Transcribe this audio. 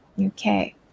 okay